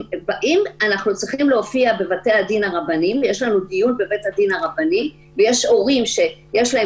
אם יש דיון בבית הדין הרבני ויש עורכי דין שיש להם